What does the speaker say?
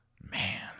Man